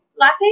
latte